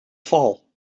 val